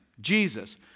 Jesus